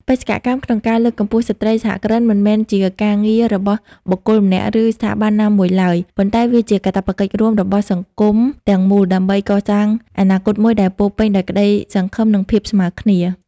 បេសកកម្មក្នុងការលើកកម្ពស់ស្ត្រីសហគ្រិន មិនមែនជាការងាររបស់បុគ្គលម្នាក់ ឬស្ថាប័នណាមួយឡើយ ប៉ុន្តែវាជាកាតព្វកិច្ចរួមរបស់សង្គមទាំងមូល ដើម្បីកសាងអនាគតមួយដែលពោរពេញដោយក្ដីសង្ឃឹម និងភាពស្មើគ្នា។